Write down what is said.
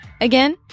Again